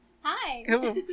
Hi